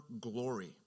glory